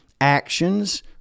actions